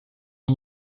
uma